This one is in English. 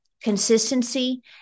consistency